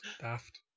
daft